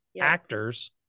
actors